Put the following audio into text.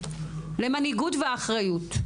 למנהיגות ואחריות.